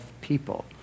people